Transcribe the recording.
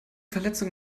verletzung